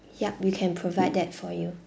yup we can provide that for you